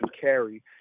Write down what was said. carry